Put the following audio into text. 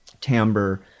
timbre